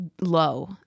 low